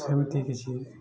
ସେମିତି କିଛି